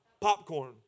Popcorn